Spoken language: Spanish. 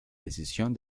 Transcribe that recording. decisión